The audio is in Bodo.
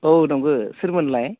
औ नोंगौ सोरमोनलाय